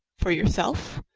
for yourself?